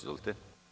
Izvolite.